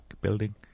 building